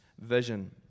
vision